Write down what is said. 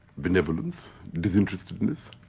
benevolence, disinterestedness,